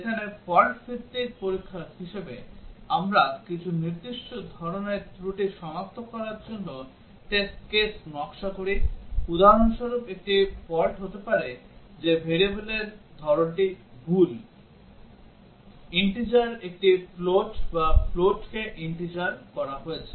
যেখানে ফল্ট ভিত্তিক পরীক্ষার হিসাবে আমরা কিছু নির্দিষ্ট ধরনের ত্রুটি সনাক্ত করার জন্য টেস্ট কেস নকশা করি উদাহরণ স্বরূপ একটি ফল্ট হতে পারে যে variableর ধরনটি ভুল int একটি float বা float কে int করা হয়েছে